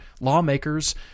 lawmakers